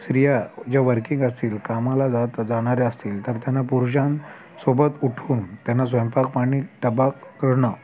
श्रीया जे वर्किंग असतील कामाला जात जाणाऱ्या असतील तर त्यांना पुरुषांसोबत उठून त्यांना स्वयंपाकपाणी डब्बा करणं